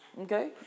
Okay